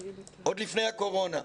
עוד לפני הקורונה.